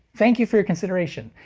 thank you for your consideration,